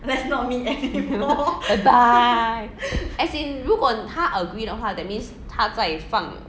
let's not meet anymore bye as in 如果他 agree 的话 that means 他在放